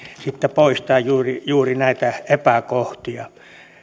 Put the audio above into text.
siitä poistaa juuri juuri näitä epäkohtia